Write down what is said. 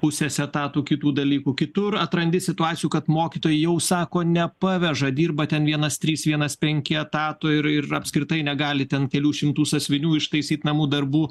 pusės etato kitų dalykų kitur atrandi situacijų kad mokytojai jau sako nepaveža dirba ten vienas trys vienas penki etato ir apskritai negali ten kelių šimtų sąsiuvinių ištaisyt namų darbų